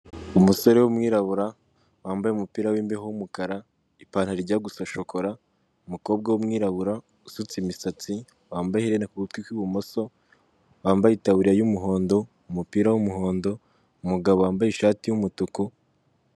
Umusore wumwirabura wambaye umupira wimbeho wumukara, ipantaro ijya gusa shokora umukobwa wumwirabura usutse imisatsi wambaye iherena kugutwi kwi'ibumoso wambaye itaburiya y'umuhondo umupira w'umuhondo umugabo wambaye ishati y'umutuku.